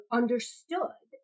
understood